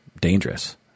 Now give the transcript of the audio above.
dangerous